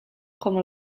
como